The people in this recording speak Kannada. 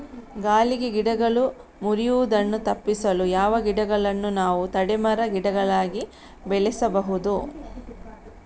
ಗಾಳಿಗೆ ಗಿಡಗಳು ಮುರಿಯುದನ್ನು ತಪಿಸಲು ಯಾವ ಗಿಡಗಳನ್ನು ನಾವು ತಡೆ ಮರ, ಗಿಡಗಳಾಗಿ ಬೆಳಸಬಹುದು?